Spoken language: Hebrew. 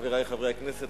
חברי חברי הכנסת,